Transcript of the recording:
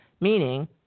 meaning